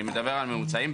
אני מדבר על ממוצעים.